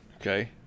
Okay